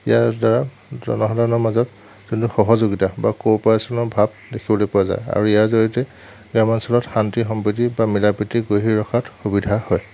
ইয়াৰ দ্বাৰা জনসাধাৰণৰ মাজত যোনটো সহযোগিতা বা ক'পাৰেশ্যনৰ ভাব দেখিবলৈ পোৱা যায় আৰু ইয়াৰ জৰিয়তে গ্ৰাম্য়াঞ্চলত শান্তি সমৃদ্ধি বা মিলা প্ৰীতি গঢ়ি ৰখাত সুবিধা হয়